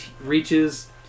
reaches